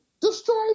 destroy